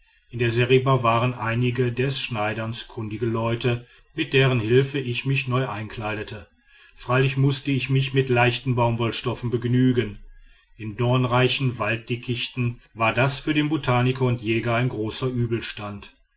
in der seriba waren einige des schneiderns kundige leute mit deren hilfe ich mich neu einkleidete freilich mußte ich mich mit leichten baumwollstoffen begnügen in dornreichen walddickichten war das für den botaniker und jäger ein großer